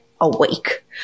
awake